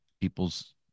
people's